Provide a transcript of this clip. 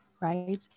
right